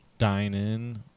Dine-in